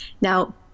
Now